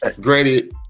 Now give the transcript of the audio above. granted